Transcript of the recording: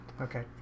Okay